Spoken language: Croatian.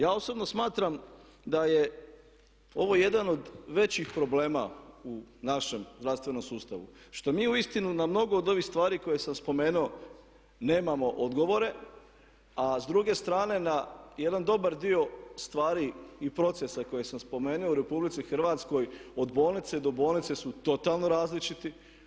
Ja osobno smatram da je ovo jedan od većih problema u našem zdravstvenom sustavu što mi uistinu na mnoge od ovih stvari koje sam spomenuo nemamo odgovore a s druge strane na jedan dobar dio stvari i procesa koje sam spomenuo u RH od bolnice do bolnice su totalno različiti.